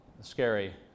scary